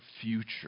future